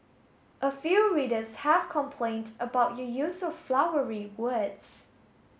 a few readers have complained about your use of flowery words